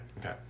Okay